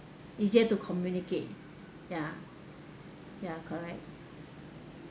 easier to communicate ya ya correct